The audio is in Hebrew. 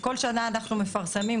כל שנה אנחנו מפרסמים,